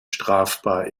strafbar